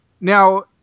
Now